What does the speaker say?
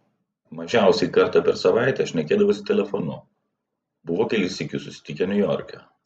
mažiausiai kartą per savaitę šnekėdavosi telefonu buvo kelis sykius susitikę niujorke